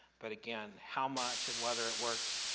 but again how much, and whether it works.